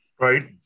Right